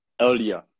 earlier